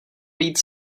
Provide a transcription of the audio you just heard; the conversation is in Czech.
být